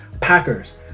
Packers